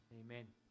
Amen